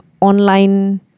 online